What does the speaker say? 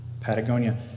Patagonia